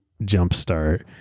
jumpstart